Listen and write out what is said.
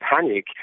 panic